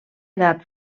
edat